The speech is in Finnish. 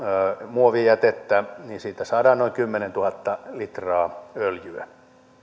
muovijätettä saadaan noin kymmenentuhatta litraa öljyä